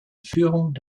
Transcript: führung